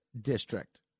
district